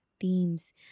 themes